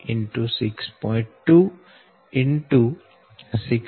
3 6 X 6